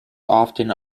often